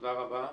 תודה רבה.